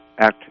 act